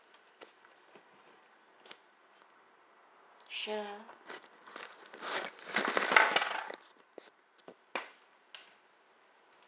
sure